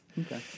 Okay